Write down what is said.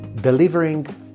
delivering